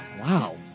wow